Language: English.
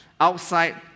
outside